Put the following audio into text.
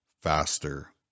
faster